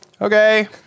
okay